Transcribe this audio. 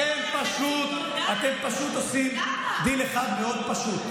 אתם פשוט עושים דיל אחד מאוד פשוט,